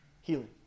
Healing